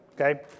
Okay